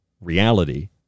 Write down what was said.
reality